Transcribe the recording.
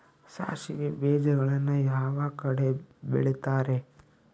ಸಾಸಿವೆ ಬೇಜಗಳನ್ನ ಯಾವ ಕಡೆ ಬೆಳಿತಾರೆ?